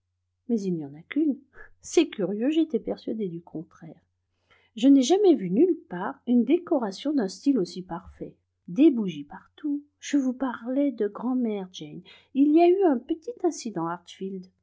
mais il n'y en a qu'une c'est curieux j'étais persuadée du contraire je n'ai jamais vu nulle part une décoration d'un style aussi parfait des bougies partout je vous parlais de grand'mère jane il y a eu un petit incident